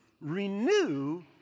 renew